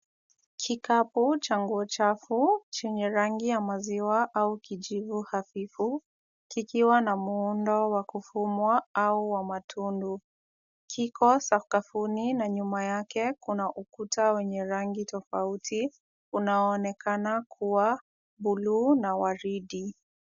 Kikapu cha nguo chafu, chenye rangi ya maziwa au kijivu hafifu, kikiwa na muundo wa kufumwa au wa matundu. Kiko sakafuni na nyuma yake kuna ukuta wenye rangi tofauti, unaoonekana kuwa buluu na waridi.